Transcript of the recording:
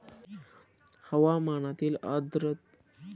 हवामानातील आर्द्रतेचा कांद्यावर कसा परिणाम होईल?